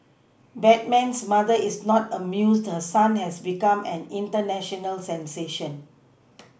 Batman's mother is not amused her son has become an international sensation